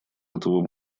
этого